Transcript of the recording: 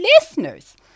listeners